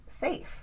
safe